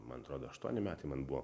man atrodo aštuoni metai man buvo